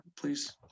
please